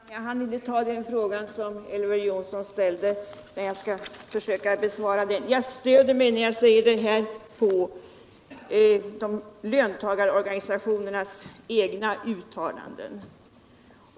Herr talman! Jag hann inte förra gången besvara den fråga som Flver Jonsson ställde, och jag skall därför försöka att göra det nu. När jag sade att löntagarnas organisationer inte fått vara med i förberedelscarbetet för lagstiftningen stödde jag mig på löntagarorganisationernas egna uttalanden.